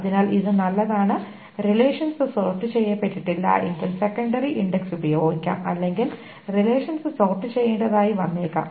അതിനാൽ ഇത് നല്ലതാണ് റിലേഷൻസ് സോർട് ചെയ്യപ്പെട്ടിട്ടില്ലെങ്കിൽ സെക്കന്ററി ഇൻഡക്സ് ഉപയോഗിക്കാം അല്ലെങ്കിൽ റിലേഷൻസ് സോർട് ചെയ്യേണ്ടതായി വന്നേക്കാം